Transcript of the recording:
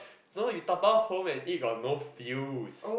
no you dabao home and eat got no feels